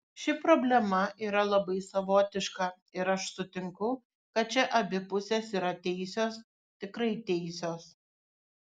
ši problema yra labai savotiška ir aš sutinku kad čia abi pusės yra teisios tikrai teisios